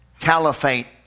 caliphate